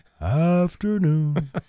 afternoon